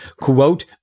quote